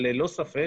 אבל ללא ספק,